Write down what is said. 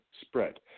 spread